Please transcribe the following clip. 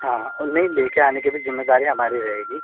हाँ हाँ और नहीं लेके आने की भी जिम्मेदारी हमारी रहेगी